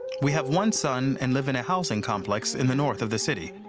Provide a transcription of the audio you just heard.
we have one son and live in a housing complex in the north of the city.